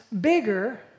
bigger